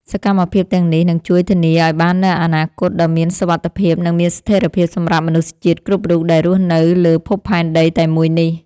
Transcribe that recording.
សកម្មភាពទាំងនេះនឹងជួយធានាឱ្យបាននូវអនាគតដ៏មានសុវត្ថិភាព និងមានស្ថិរភាព សម្រាប់មនុស្សជាតិគ្រប់រូបដែលរស់នៅលើភពផែនដីតែមួយនេះ។